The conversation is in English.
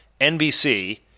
NBC